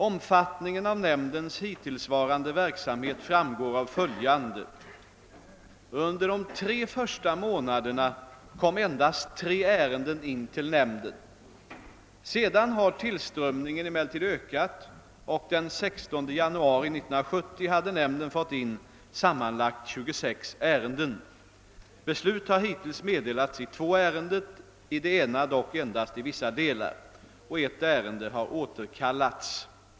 Omfattningen av nämndens hittillsvarande verksamhet framgår av följande. Under de tre första månaderna kom endast tre ärenden in till nämnden. Sedan har tillströmningen emellertid ökat, och den 16 januari 1970 hade nämnden fått in sammanlagt 26 ärenden. Beslut har hittills meddelats i två ärenden, i det ena dock endast i vissa delar. Ett ärende har återkallats.